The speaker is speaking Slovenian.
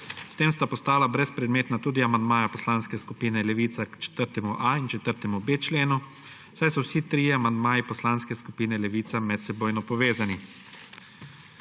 S tem sta postala brezpredmetna tudi amandmaja Poslanske skupine Levica k 4.a in 4.b členu, saj so vsi trije amandmaji Poslanske skupine Levica medsebojno povezani.